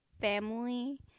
family